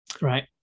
right